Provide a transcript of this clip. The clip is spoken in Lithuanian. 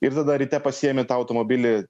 ir tada ryte pasiimi tą automobilį